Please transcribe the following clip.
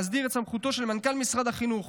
המסדיר את סמכותו של מנכ"ל משרד החינוך